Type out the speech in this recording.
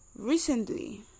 recently